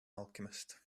alchemist